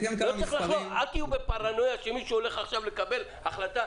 אל תהיו בפרנויה שמישהו הולך עכשיו לקבל החלטה.